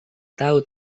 tahu